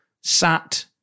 sat